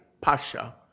Pasha